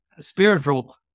spiritual